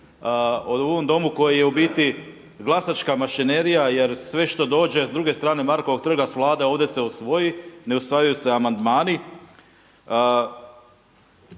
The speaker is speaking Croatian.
U ovom Domu koji je u biti glasačka mašinerija jer sve što dođe s druge strane Markovog trga, s Vlade ovdje se usvoji. Ne usvajaju se amandmani.